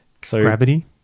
Gravity